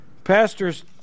Pastors